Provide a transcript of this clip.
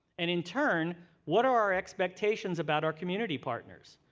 and in turn what are our expectations about our community partners?